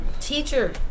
Teacher